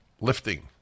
lifting